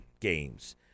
games